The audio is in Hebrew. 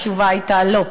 התשובה הייתה לא.